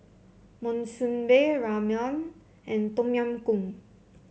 Monsunabe Ramyeon and Tom Yam Goong